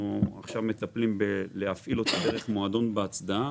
מתכוונים להפעיל דרך מועדון "בהצדעה".